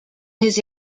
his